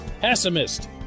pessimist